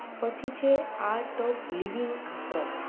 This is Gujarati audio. પછી છે આર્ટ ઓફ લિવિંગ આશ્રમ